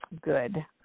good